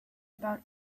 about